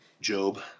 Job